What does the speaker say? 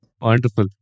Wonderful